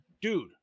dude